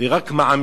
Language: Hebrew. והיא רק מעמיקה.